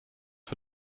for